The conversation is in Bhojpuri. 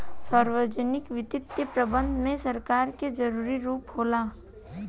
सार्वजनिक वित्तीय प्रबंधन में सरकार के जरूरी रूप होला